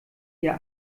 ihr